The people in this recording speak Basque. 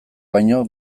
baino